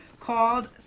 called